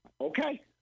okay